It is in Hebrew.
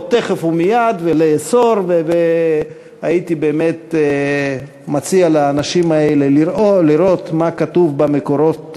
תכף ומייד ולאסור הייתי מציע לאנשים האלה לראות מה כתוב במקורות